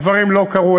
הדברים לא קרו.